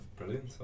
Brilliant